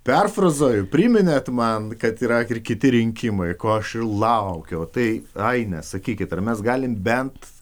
perfrazuoju priminėt man kad yra ir kiti rinkimai ko aš laukiau tai aine sakykit ar mes galime bent